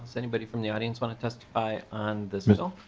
so anybody from the audience want to testify on this bill?